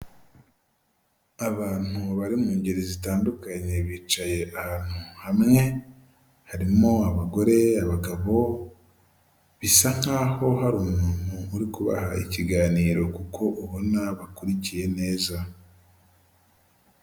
Abantu bari mu ngeri zitandukanye bicaye ahantu hamwe harimo abagore, abagabo, bisa nkaho hari umuntu uri kubaha ikiganiro kuko ubona bakurikiye neza.